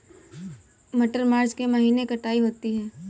मटर मार्च के महीने कटाई होती है?